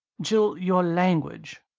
jill-your language!